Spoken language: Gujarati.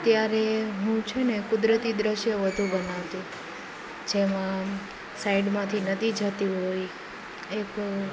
ત્યારે હું છે ને કુદરતી દૃશ્ય વધુ બનાવતી જેમાં સાઈડમાંથી નદી જતી હોય એક